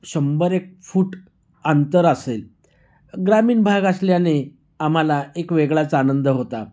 शंभरएक foot अंतर असेल ग्रामीण भाग असल्याने आम्हाला एक वेगळाच आनंद होता